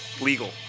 legal